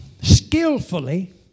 skillfully